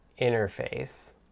interface